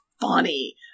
funny